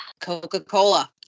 Coca-Cola